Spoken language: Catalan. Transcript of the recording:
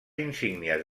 insígnies